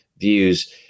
views